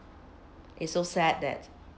is so sad that